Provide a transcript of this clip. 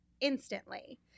instantly